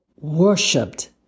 worshipped